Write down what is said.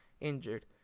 injured